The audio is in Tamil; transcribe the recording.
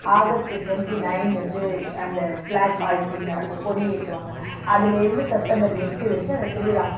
ஆகஸ்ட்டு டுவெண்ட்டி நைன் வந்து அந்த ஃபிளாக் ஹாய்ஸ்டிங் நடக்கும் கொடி ஏற்றுவாங்க அதுலேருந்து செப்டம்பர் எட்டு வரைக்கும் அந்த திருவிழா